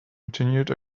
continued